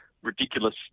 ridiculous